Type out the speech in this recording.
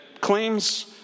claims